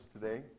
today